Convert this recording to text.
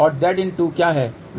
तो Zin1 क्या है